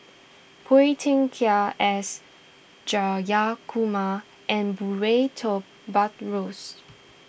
Phua Thin Kiay S Jayakumar and Murray toy Buttrose